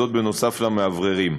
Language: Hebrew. נוסף על המאווררים.